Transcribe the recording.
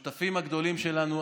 השותפים הגדולים שלנו.